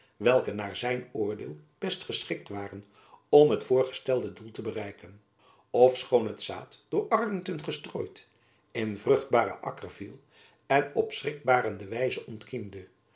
welke naar zijn oordeel best geschikt waren om het voorgestelde doel te bereiken ofschoon het zaad door arlington gestrooid in vruchtbaren akker viel en op schrikbarende wijze ontkiemde